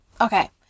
Okay